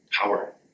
power